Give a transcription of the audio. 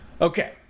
Okay